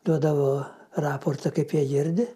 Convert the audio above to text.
duodavo raportą kaip jie girdi